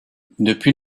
depuis